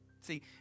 see